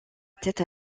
tête